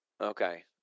Okay